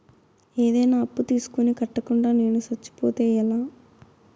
ఏదైనా అప్పు తీసుకొని కట్టకుండా నేను సచ్చిపోతే ఎలా